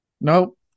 Nope